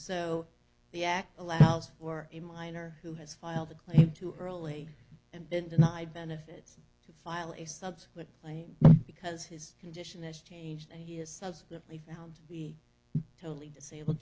so the act allows for a minor who has filed a claim too early and then deny benefits to file a subsequent claim because his condition has changed and he has subsequently found to be totally disabled